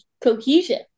cohesion